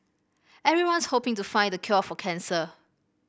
everyone's hoping to find the cure for cancer